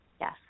Yes